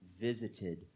visited